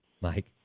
Mike